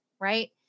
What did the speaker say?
right